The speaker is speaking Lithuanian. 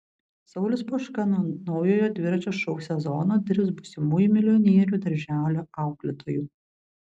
saulius poška nuo naujojo dviračio šou sezono dirbs būsimųjų milijonierių darželio auklėtoju